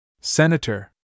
Senator